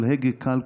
כל הגה קל,